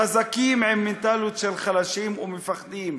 חזקים עם מנטליות של חלשים ומפחדים.